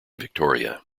victoria